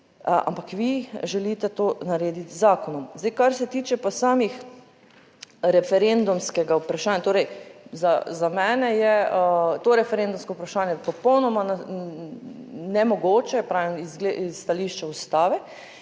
ampak vi želite to narediti z zakonom. Zdaj kar se tiče pa samih referendumskega vprašanja, torej za mene je to referendumsko vprašanje popolnoma nemogoče, pravim iz stališča Ustave,